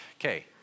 Okay